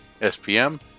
SPM